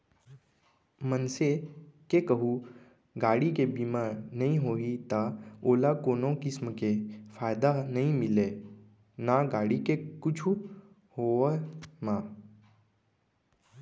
मनसे के कहूँ गाड़ी के बीमा नइ होही त ओला कोनो किसम के फायदा नइ मिलय ना गाड़ी के कुछु होवब म